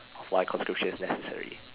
of why conscription is necessary